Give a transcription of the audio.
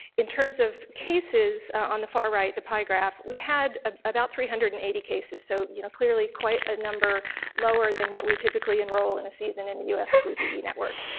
in terms of cases, on the far right, the pie graph, we had ah about three hundred and eighty cases so you know clearly quite a number lower than what we typically enroll in a season in the us flu ve network,